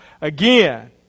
again